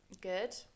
Good